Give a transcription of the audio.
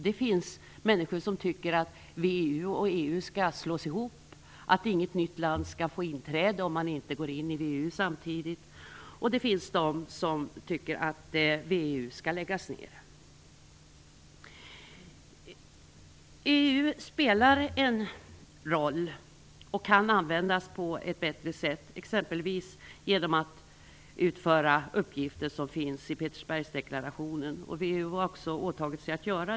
Det finns människor som tycker att VEU och EU skall slås ihop och att inget nytt land skall få inträde om det inte går in i VEU samtidigt, och det finns sådana som tycker att VEU skall läggas ned. VEU spelar en roll och kan användas på ett bättre sätt, exempelvis genom att utföra uppgifter som finns med i Petersbergsdeklarationen. VEU har också åtagit sig detta.